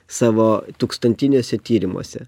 savo tūkstantiniuose tyrimuose